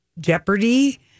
jeopardy